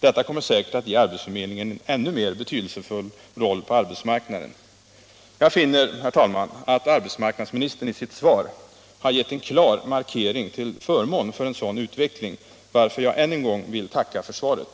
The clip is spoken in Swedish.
Detta kommer säkert att ge arbetsförmedlingen en ännu mer betydelsefull roll på arbetsmarknaden. : Jag finner, herr talman, att arbetsmarknadsministern i sitt svar har gett en klar markering till förmån för en sådan utveckling, varför jag än en gång vill tacka för svaret.